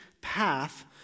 path